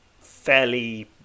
fairly